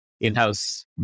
in-house